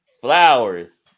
flowers